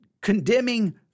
condemning